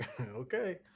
Okay